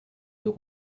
nos